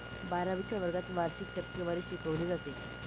बारावीच्या वर्गात वार्षिक टक्केवारी शिकवली जाते